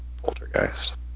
poltergeist